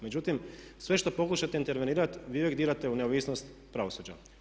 Međutim, sve što pokušate intervenirati vi uvijek dirate u neovisnost pravosuđa.